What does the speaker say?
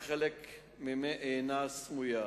וחלק הינה סמויה.